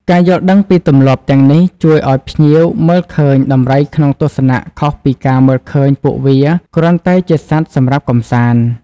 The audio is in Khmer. ការយល់ដឹងពីទម្លាប់ទាំងនេះជួយឲ្យភ្ញៀវមើលឃើញដំរីក្នុងទស្សនៈខុសពីការមើលឃើញពួកវាគ្រាន់តែជាសត្វសម្រាប់កម្សាន្ត។